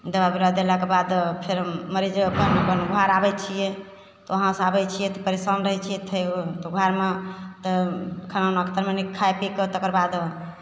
दवा बिरा देलाके बाद फेर मरीज अपन अपन घर आबै छिए तऽ वहाँसे आबै छिए परेशान रहै छिए घरमे तऽ खाना उना तनि मनि खा पीके तकर बाद